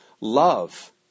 love